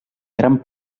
gran